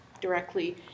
directly